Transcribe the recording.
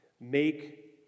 make